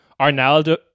Arnaldo